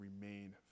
remain